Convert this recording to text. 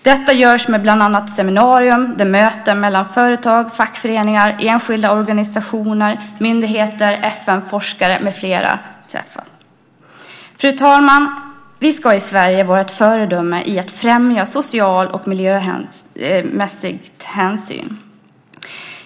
Detta görs med bland annat seminarier där möten sker mellan företag, fackföreningar, enskilda organisationer, myndigheter, FN, forskare, med flera. Fru talman! Vi ska i Sverige vara ett föredöme i att främja sociala hänsyn och miljömässiga hänsyn.